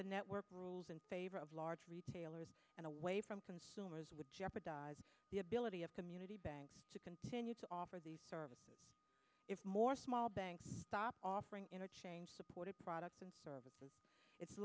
the network rules in favor of large retailers and away from consumers would jeopardize the ability of community banks to continue to offer the service if more small banks stop offering support of products and services it's